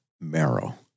marrow